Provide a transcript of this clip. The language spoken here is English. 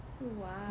Wow